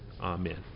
Amen